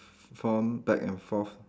form back and forth